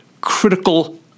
critical